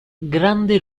grande